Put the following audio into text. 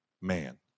man